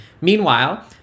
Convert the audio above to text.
Meanwhile